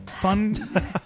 Fun